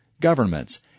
governments